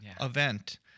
event